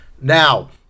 Now